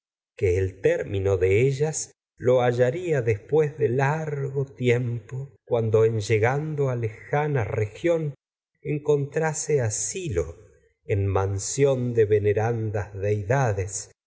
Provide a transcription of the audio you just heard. que el término de ellas en lo hallaría después de largo tiempo cuándo contrase asilo en llegando a lejana región en don mansión de venerandas deidades